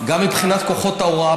גם מבחינת כוחות ההוראה.